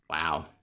Wow